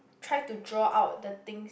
try to draw out the things